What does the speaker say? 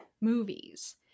movies